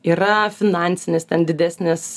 yra finansinis ten didesnis